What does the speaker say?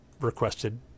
requested